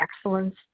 excellence